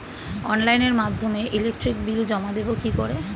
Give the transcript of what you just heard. অনলাইনের মাধ্যমে electric bill জমা দেবো কি করে?